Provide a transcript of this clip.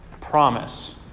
promise